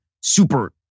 super